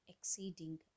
exceeding